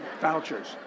vouchers